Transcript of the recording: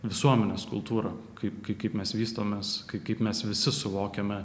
visuomenės kultūra kai kaip mes vystomės kai kaip mes visi suvokiame